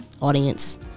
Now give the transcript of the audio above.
audience